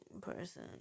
person